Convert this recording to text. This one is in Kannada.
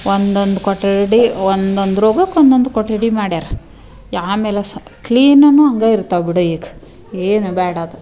ಒಂದೊಂದು ಕೊಠಡಿ ಒಂದೊಂದು ರೋಗಕ್ಕೆ ಒಂದೊಂದು ಕೊಠಡಿ ಮಾಡ್ಯಾರೆ ಆಮೇಲೆ ಸ ಕ್ಲೀನ್ನು ಹಂಗ ಇರ್ತಾವು ಬಿಡು ಈಗ ಏನು ಬ್ಯಾಡದ್ದು